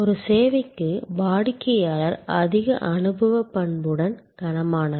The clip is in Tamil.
ஒரு சேவைக்கு வாடிக்கையாளர் அதிக அனுபவ பண்புடன் கனமானவர்